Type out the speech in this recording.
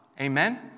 Amen